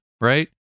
right